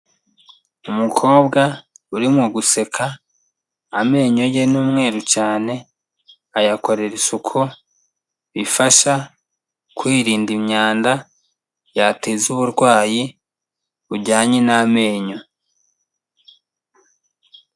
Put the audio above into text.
Umukobwa urimo guseka, amenyo ye ni umweru cyane, ayakorera isuku bifasha kwirinda imyanda yateza uburwayi bujyanye n'amenyo.